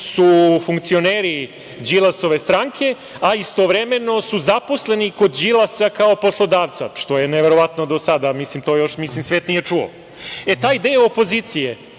funkcioneri Đilasove stranke, a istovremeno su zaposleni kod Đilasa kao poslodavca, što je neverovatno do sada, to još svet nije čuo.E taj deo opozicije